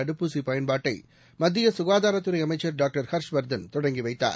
தடுப்பூசி பயன்பாட்டை மத்திய சுகாதாரத்துறை அமைச்சர் டாக்டர் ஹர்ஷ்வர்தன் தொடங்கிவைத்தார்